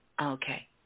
Okay